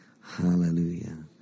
Hallelujah